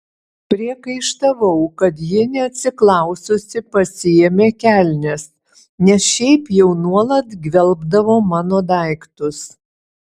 priekaištavau kad ji neatsiklaususi pasiėmė kelnes nes šiaip jau nuolat gvelbdavo mano daiktus